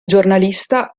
giornalista